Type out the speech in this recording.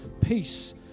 peace